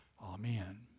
amen